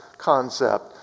concept